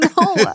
No